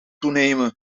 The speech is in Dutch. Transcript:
toenemen